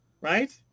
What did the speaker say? right